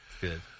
Good